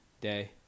day